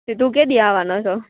તી તું કેદી આવાનો છો